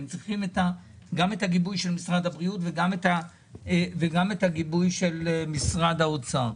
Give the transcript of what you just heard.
שצריכים את הגיבוי של משרד הבריאות ואת הגיבוי של משרד האוצר.